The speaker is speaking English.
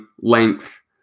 length